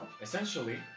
essentially